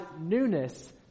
newness